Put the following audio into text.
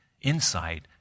insight